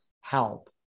help